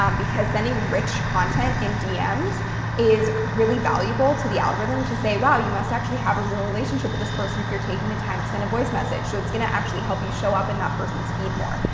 um because sending rich content in dms is really valuable to the algorithm to say, wow, you must actually have a real relationship with this person if you're taking the time to send a voice message. so it's going to actually help you show up in that person's feed more.